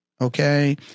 okay